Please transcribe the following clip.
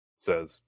says